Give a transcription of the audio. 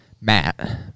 Matt